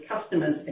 customers